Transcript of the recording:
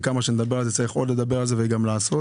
וכמה שנדבר על זה צריך עוד לדבר על זה וגם לעשות.